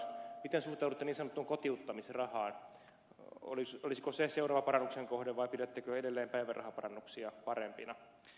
miten suhtaudutte niin sanottuun kotiuttamisrahaan olisiko se seuraava parannuksen kohde vai pidättekö edelleen päivärahaparannuksia parempina